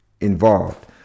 involved